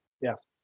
Yes